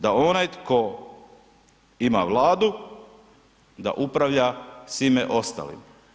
Da onaj tko ima Vladu, da upravlja svime ostalim.